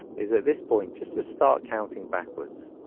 is at this point just to start counting backwards